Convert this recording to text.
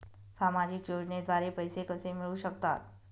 सामाजिक योजनेद्वारे पैसे कसे मिळू शकतात?